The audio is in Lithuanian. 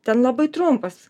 ten labai trumpas